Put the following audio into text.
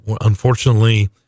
unfortunately